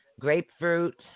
grapefruit